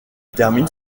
termine